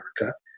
America